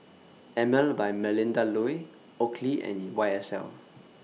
Emel By Melinda Looi Oakley and Y S L